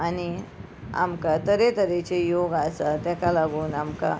आनी आमकां तर तरेतरेचे योग आसा ताका लागून आमकां